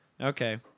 Okay